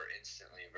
instantly